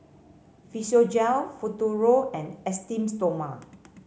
Physiogel Futuro and Esteem Stoma